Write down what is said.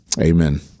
Amen